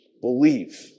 Believe